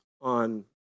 on